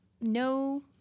no